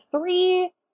three